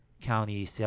county